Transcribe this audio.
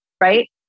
right